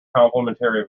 complimentary